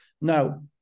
now